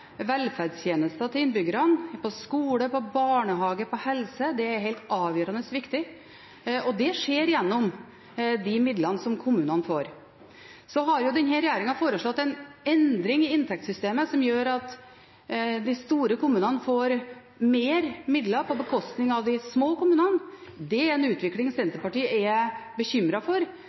velferdstjenester til innbyggerne – på skole, på barnehage, på helse – er helt avgjørende viktig. Det skjer gjennom de midlene som kommunene får. Så har denne regjeringen foreslått en endring i inntektssystemet som gjør at de store kommunene får mer midler på bekostning av de små kommunene. Det er en utvikling Senterpartiet er bekymret for,